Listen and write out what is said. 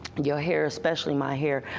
your hair, especially my hair.